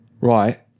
right